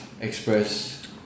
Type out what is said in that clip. express